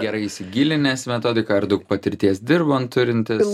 gerai įsigilinęs metodiką ar daug patirties dirbant turintis